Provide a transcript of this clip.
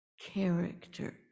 character